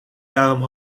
daarom